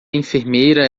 enfermeira